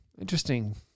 Interesting